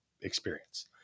experience